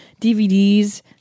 dvds